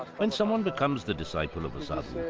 when someone becomes the disciple of a sadhu,